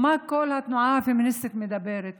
התנועה הפמיניסטית מדברת?